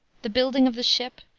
the building of the ship,